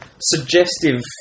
suggestive